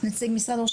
או נציג שב"כ?